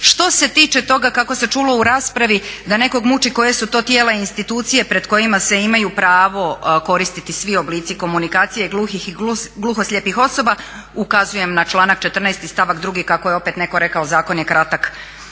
Što se tiče toga kako se čulo u raspravi da nekog muči koja su to tijela institucije pred kojima se imaju pravo koristiti svi oblici komunikacije gluhih i gluhoslijepih osoba ukazujem na članak 14. Stavak 2.kako je opet netko rekao zakon je kratak